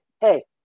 Hey